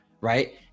right